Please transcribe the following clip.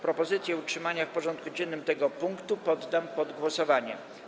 Propozycję utrzymania w porządku dziennym tego punktu poddam pod głosowanie.